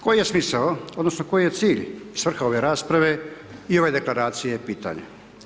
Koji je smisao, odnosno, koji je cilj, svrha ove rasprave i ove deklaracije, pitanje.